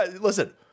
Listen